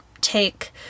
take